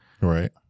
Right